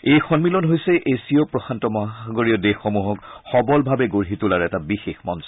এই সমিলন হৈছে এছীয় প্ৰশান্ত মহাসাগৰীয় দেশসমূহক সবলভাৱে গঢ়ি তোলাৰ এটা বিশেষ মঞ্চ